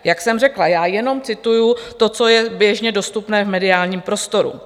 Jak jsem řekla, já jenom cituji to, co je běžně dostupné v mediálním prostoru.